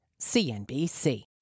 CNBC